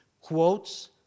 quotes